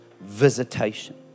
visitation